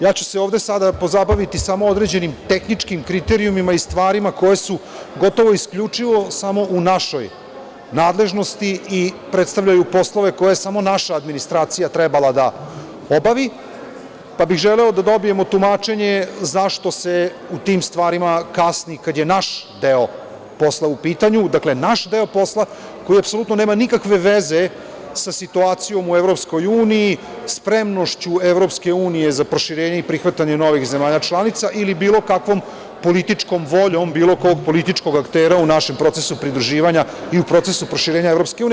Ja ću se ovde sada pozabaviti samo određenim tehničkim kriterijumima i stvarima koje su isključivo samo u našoj nadležnosti i predstavljaju poslove koje samo naša administracija treba da obavi, pa bih želeo da dobijem tumačenje zašto se u tim stvarima kasni kada je naš deo posla u pitanju, koji apsolutno nema nikakve veze za situacijom u EU, spremnošću EU za proširenjem i prihvatanjem novih zemalja članica ili bilo kakvom političkom voljom bilo kog političkog aktera u našem procesu pridruživanja i u procesu proširenja EU.